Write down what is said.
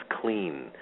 clean